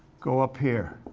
go up here,